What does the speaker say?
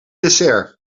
dessert